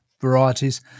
varieties